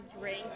drink